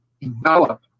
develop